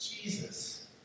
Jesus